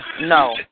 No